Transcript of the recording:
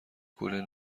کلی